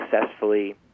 successfully